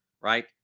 right